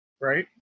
right